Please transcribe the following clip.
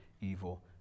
evil